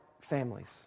families